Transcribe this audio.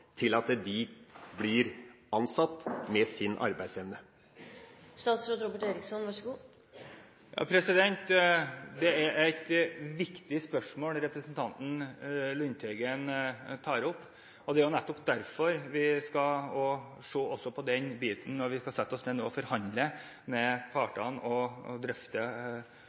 til at de blir ansatt med sin arbeidsevne? Det er et viktig spørsmål representanten Lundteigen tar opp, og det er nettopp derfor vi skal se på den biten når vi skal sette oss ned og forhandle med partene og drøfte